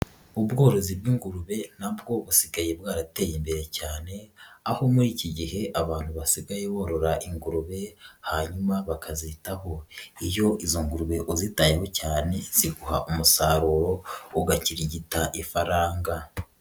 Ubworozi bw'ingurube na bwo busigaye bwarateye imbere cyane aho muri iki gihe abantu basigaye borora ingurube hanyuma bakazitaho, iyo izo ngurube uzitayeho cyane ziguha umusaruro ugakirigita ifaranga.